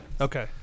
Okay